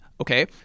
Okay